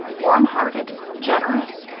warm-hearted, generous,